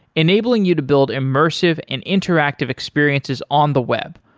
enabling you to build immersive and interactive experiences on the web,